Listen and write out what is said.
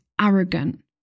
arrogant